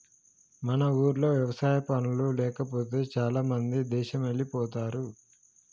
మన ఊర్లో వ్యవసాయ పనులు లేకపోతే చాలామంది దేశమెల్లిపోతారు